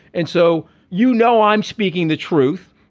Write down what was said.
and so you know i'm speaking the truth.